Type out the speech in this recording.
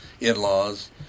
in-laws